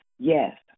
Yes